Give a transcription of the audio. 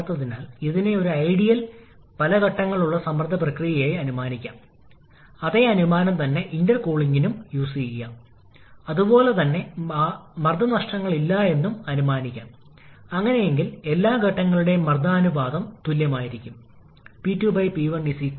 അതിനാൽ അതിനുമുമ്പ് യഥാർത്ഥത്തിൽ ടി 4 എന്നത് നമുക്ക് ടി 4 എസ് ആവശ്യമില്ലെന്ന് ഞാൻ സൂചിപ്പിച്ചിട്ടുണ്ട് പക്ഷേ നമുക്ക് ഇപ്പോഴും ആവശ്യമുള്ള ചിലത് ഉണ്ട് കാരണം പി 3 ഇന്റർമീഡിയറ്റ് മർദ്ദം അറിയില്ല അത് ടി 4 എസിന്റെ മൂല്യത്തിൽ നിന്ന് മാത്രമേ നേടാനാകൂ